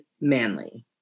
Manley